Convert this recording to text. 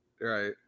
Right